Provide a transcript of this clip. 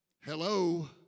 Hello